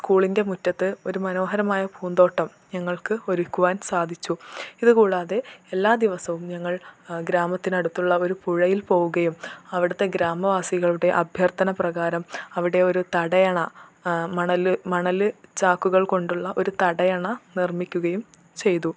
സ്കൂളിൻറ്റെ മുറ്റത്ത് ഒരു മനോഹരമായ പൂന്തോട്ടം ഞങ്ങൾക്ക് ഒരുക്കുവാൻ സാധിച്ചു ഇത് കൂടാതെ എല്ലാ ദിവസവും ഞങ്ങൾ ഗ്രാമത്തിനടുത്തുള്ള ഒരു പുഴയിൽ പോവുകയും അവിടത്തെ ഗ്രാമവാസികളുടെ അഭ്യർത്ഥന പ്രകാരം അവിടെ ഒരു തടയണ മണൽ മണൽ ചാക്കുകൾ കൊണ്ടുള്ള ഒരു തടയണ നിർമ്മിക്കുകയും ചെയ്തു